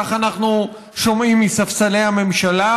כך אנחנו שומעים מספסלי הממשלה,